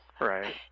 right